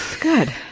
Good